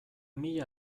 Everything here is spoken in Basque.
mila